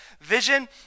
vision